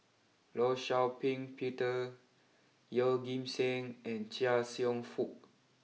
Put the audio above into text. Law Shau Ping Peter Yeoh Ghim Seng and Chia Cheong Fook